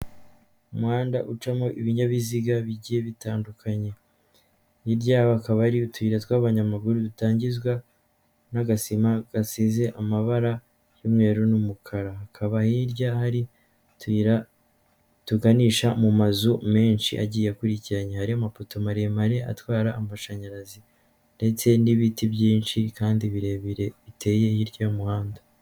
Umuhanda ucamo ibinyabiziga bijyiye bitandukanye hirya yaho hakaba ari uturi tw'abanyamaguru dutangizwa n'agasima gasize amabara y'umweru n'umukara hakaba hirya hari utuyira tuganisha mu mazu menshi agiye akurikiranya hari mapoto maremare atwara amashanyarazi ndetse n'ibiti byinshi kandi birebire biteye hirya y'umuhanda.